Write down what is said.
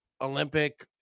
Olympic